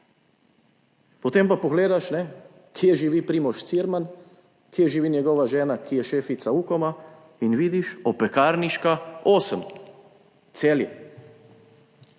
potem pa pogledaš, kje živi Primož Cirman, kje živi njegova žena, ki je šefica UKOM-a in vidiš, Opekarniška 8, Celje.